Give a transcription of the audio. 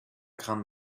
crainte